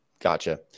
Gotcha